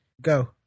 Go